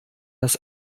das